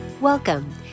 Welcome